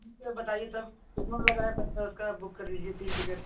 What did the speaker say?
ठीक है बताइए तब कितना लग रहा पैसा उसका बुक कर दीजिए तीन टिकट